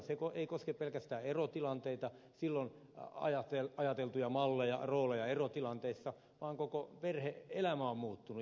se ei koske pelkästään erotilanteita silloin ajateltuja malleja rooleja erotilanteissa vaan koko perhe elämä on muuttunut